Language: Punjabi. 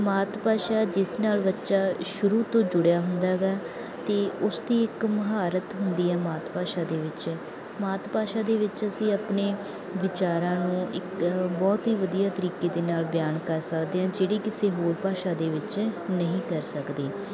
ਮਾਤ ਭਾਸ਼ਾ ਜਿਸ ਨਾਲ ਬੱਚਾ ਸ਼ੁਰੂ ਤੋਂ ਜੁੜਿਆ ਹੁੰਦਾ ਹੈਗਾ ਅਤੇ ਉਸ ਦੀ ਇੱਕ ਮਹਾਰਤ ਹੁੰਦੀ ਹੈ ਮਾਤ ਭਾਸ਼ਾ ਦੇ ਵਿੱਚ ਮਾਤ ਭਾਸ਼ਾ ਦੇ ਵਿੱਚ ਅਸੀਂ ਆਪਣੇ ਵਿਚਾਰਾਂ ਨੂੰ ਇੱਕ ਬਹੁਤ ਹੀ ਵਧੀਆ ਤਰੀਕੇ ਦੇ ਨਾਲ ਬਿਆਨ ਕਰ ਸਕਦੇ ਹਾਂ ਜਿਹੜੀ ਕਿਸੇ ਹੋਰ ਭਾਸ਼ਾ ਦੇ ਵਿੱਚ ਨਹੀਂ ਕਰ ਸਕਦੇ